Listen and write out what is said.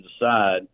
decide